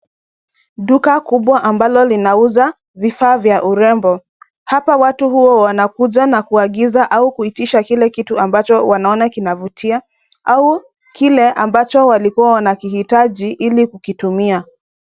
Duka kubwa ambalo linauza vifaa vya urembo. Hapa watu huwa wanakuja na kuagiza au kuitisha kile kitu ambacho wanaona kinavutia au kile ambacho walikuwa wanakihitaji ili kukitumia.